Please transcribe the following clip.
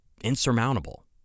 insurmountable